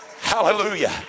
Hallelujah